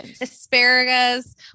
asparagus